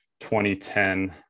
2010